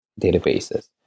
databases